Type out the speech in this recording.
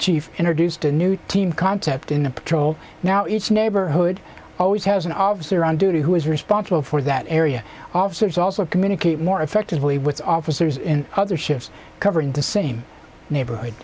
chief introduced a new team concept in a patrol now each neighborhood always has an obvious around duty who is responsible for that area officers also communicate more effectively with officers in other ships covered in the same neighborhood